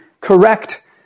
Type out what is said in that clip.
correct